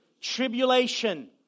Tribulation